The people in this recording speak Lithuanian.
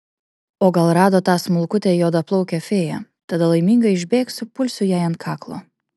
o gal rado tą smulkutę juodaplaukę fėją tada laiminga išbėgsiu pulsiu jai ant kaklo